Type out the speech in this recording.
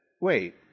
Wait